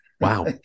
Wow